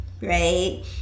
right